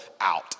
out